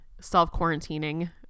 self-quarantining